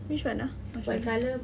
which one ah Australis